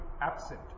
absent